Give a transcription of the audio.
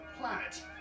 planet